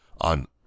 on